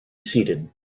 seated